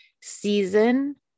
season